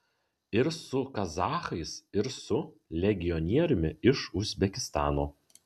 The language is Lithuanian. ir su kazachais ir su legionieriumi iš uzbekistano